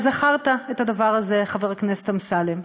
הזכרת את הדבר הזה, חבר הכנסת אמסלם?